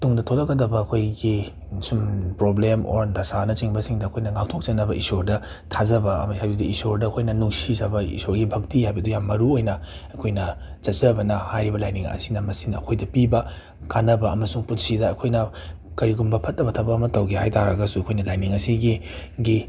ꯇꯨꯡꯗ ꯊꯣꯛꯂꯛꯀꯗꯕ ꯑꯩꯈꯣꯏꯒꯤ ꯁꯨꯝ ꯄ꯭ꯔꯣꯕ꯭ꯂꯦꯝ ꯑꯣꯔ ꯗꯁꯥꯅꯆꯤꯡꯕꯁꯤꯡꯗ ꯑꯩꯈꯣꯏꯅ ꯉꯥꯛꯊꯣꯛꯆꯅꯕ ꯑꯩꯈꯣꯏꯅ ꯏꯁꯣꯔ ꯊꯥꯖꯕ ꯑꯃ ꯍꯥꯏꯕꯗꯤ ꯏꯁꯣꯔꯗ ꯑꯩꯈꯣꯏꯅ ꯅꯨꯡꯁꯤꯖꯕ ꯏꯁꯣꯔꯒꯤ ꯚꯛꯇꯤ ꯍꯥꯏꯕꯗꯨ ꯌꯥꯝ ꯃꯔꯨꯑꯣꯏꯅ ꯑꯩꯈꯣꯏꯅ ꯆꯠꯆꯕꯅ ꯍꯥꯏꯔꯤꯕ ꯂꯥꯏꯅꯤꯡ ꯑꯁꯤꯅ ꯃꯁꯤꯅ ꯑꯩꯈꯣꯏꯗ ꯄꯤꯕ ꯀꯥꯟꯅꯕ ꯑꯃꯁꯨꯡ ꯄꯨꯟꯁꯤꯗ ꯑꯩꯈꯣꯏꯅ ꯀꯔꯤꯒꯨꯝꯕ ꯐꯠꯇꯕ ꯊꯕꯛ ꯑꯃ ꯇꯧꯒꯦ ꯍꯥꯏ ꯇꯥꯔꯒꯁꯨ ꯑꯩꯈꯣꯏꯅ ꯂꯥꯏꯅꯤꯡ ꯑꯁꯤꯒꯤ ꯒꯤ